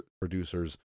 producers